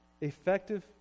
Effective